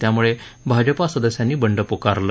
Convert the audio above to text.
त्यामुळे भाजपा सदस्यांनी बंड पुकारलं